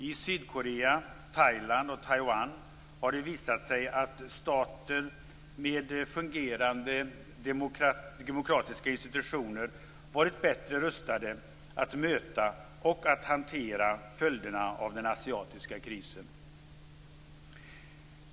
I Sydkorea, Thailand och Taiwan har det visat sig att stater med fungerande demokratiska institutioner varit bättre rustade att möta och hantera följderna av den asiatiska krisen.